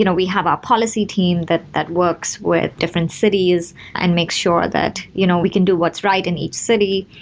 you know we have our policy team that that works with different cities and makes sure that you know we can do what's right in each city.